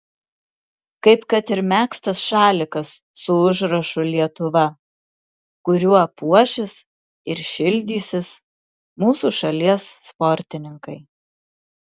kaip kad ir megztas šalikas su užrašu lietuva kuriuo puošis ir šildysis mūsų šalies sportininkai